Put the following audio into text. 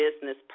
business